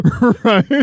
right